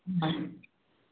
अँ